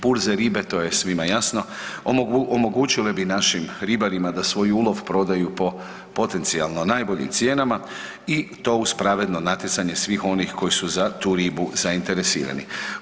Burze ribe to je svima jasno omogućile bi našim ribarima da svoj ulov prodaju po potencijalno najboljim cijenama i to uz pravedno natjecanje svih onih koji su za tu ribu zainteresirani.